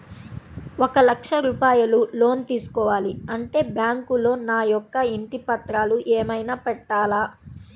ఒక లక్ష రూపాయలు లోన్ తీసుకోవాలి అంటే బ్యాంకులో నా యొక్క ఇంటి పత్రాలు ఏమైనా పెట్టాలా?